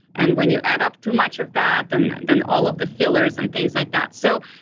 and when you add up too much of that, and then all of the fillers and things like that so,